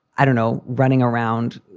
i don't know, running around,